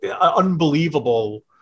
unbelievable